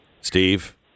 Steve